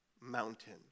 mountain